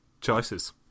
Choices